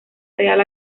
real